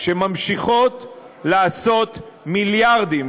שממשיכות לעשות מיליארדים,